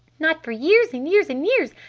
not for years and years and years!